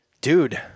Dude